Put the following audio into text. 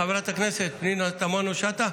חברת הכנסת פנינה תמנו שטה?